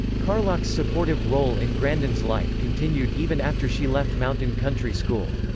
carlock's supportive role in grandin's life continued even after she left mountain country school.